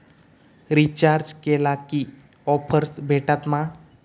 Recharge केला की offers भेटात मा?